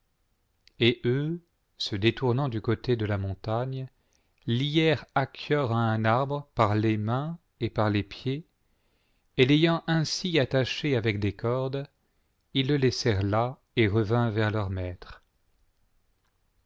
et eux se détournant du côté de la montagne lièrent achior à un arbre par les mains et parles pieds et l'ayant ainsi attaché avec des cordes ils le laissèrent là et revinrent vers leur maître